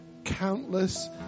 countless